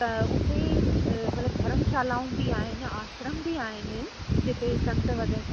त हुते मतिलबु धर्मशालाऊं बि आहिनि आश्रम बि आहिनि जिते संत वग़ैरह